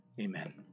Amen